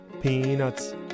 Peanuts